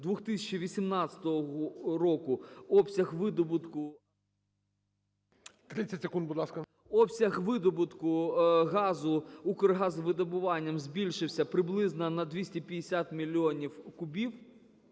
П.В. Обсяг видобутку газу "Укргазвидобуванням" збільшився приблизно на 250 мільйонів кубів